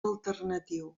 alternatiu